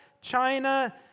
China